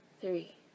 three